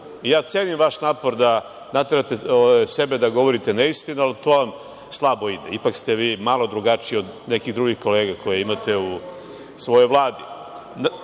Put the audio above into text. Ja cenim vaš napor da naterate sebe da govorite neistinu, ali to vam slabo ide, ipak ste vi malo drugačiji od nekih drugih kolega koje imate u svojoj